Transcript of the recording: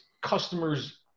customers